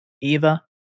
Eva